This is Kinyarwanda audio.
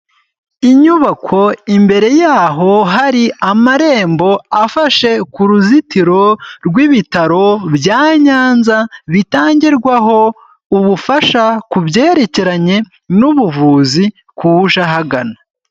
Inyubako, imbere yaho hari amarembo afashe ku ruzitiro rw'ibitaro bya Nyanza bitangirwaho ubufasha ku byerekeranye n'ubuvuzi ku uja ahagana.